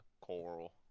Coral